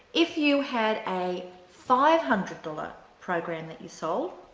if you had a five hundred dollars program that you sold,